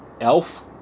Elf